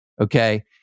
Okay